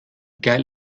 geil